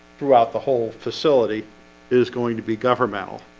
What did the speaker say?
throughout the whole facility is going to be governmental.